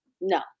no